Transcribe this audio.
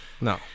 No